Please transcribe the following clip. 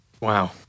Wow